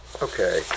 Okay